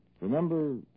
Remember